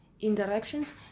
interactions